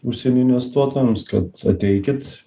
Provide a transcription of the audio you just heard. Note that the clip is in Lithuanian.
užsienio investuotojams kad ateikit